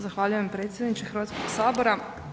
Zahvaljujem predsjedniče Hrvatskoga sabora.